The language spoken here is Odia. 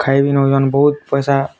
ଖାଇବି ନଉଅନ୍ ବହୁତ୍ ପଇସା